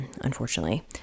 unfortunately